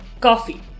coffee